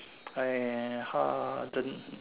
!ai! harden